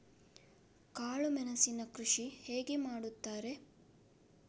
ಕಾಳು ಮೆಣಸಿನ ಕೃಷಿ ಹೇಗೆ ಮಾಡುತ್ತಾರೆ?